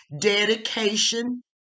dedication